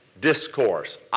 Discourse